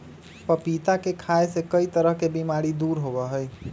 पपीता के खाय से कई तरह के बीमारी दूर होबा हई